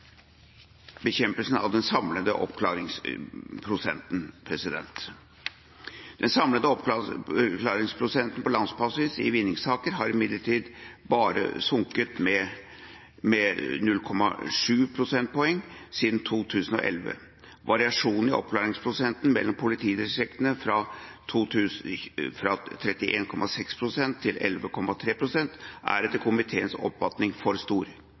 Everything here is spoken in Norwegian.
den samlede oppklaringsprosenten. Den samlede oppklaringsprosenten i vinningssaker på landsbasis har imidlertid bare sunket med 0,7 prosentpoeng siden 2011. Variasjonene i oppklaringsprosent mellom politidistriktene, fra 31,6 pst. til 11,3 pst., er etter komiteens oppfatning for stor.